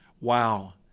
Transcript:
Wow